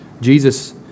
Jesus